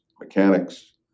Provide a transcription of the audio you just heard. mechanics